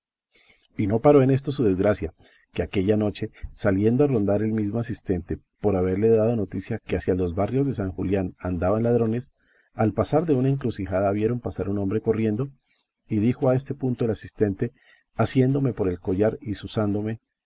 y no paró en esto su desgracia que aquella noche saliendo a rondar el mismo asistente por haberle dado noticia que hacia los barrios de san julián andaban ladrones al pasar de una encrucijada vieron pasar un hombre corriendo y dijo a este punto el asistente asiéndome por el collar y